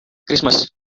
christmas